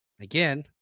again